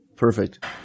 Perfect